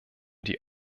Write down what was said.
die